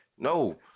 No